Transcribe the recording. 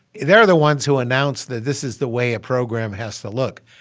they're the ones who announced that this is the way a program has to look.